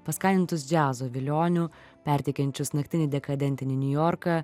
paskanintus džiazo vilionių perteikiančius naktinį dekadentinį niujorką